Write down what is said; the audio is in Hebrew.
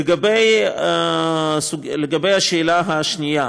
לגבי השאלה השנייה,